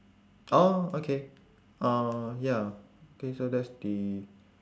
oh okay uh ya okay so that's the